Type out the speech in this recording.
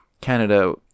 Canada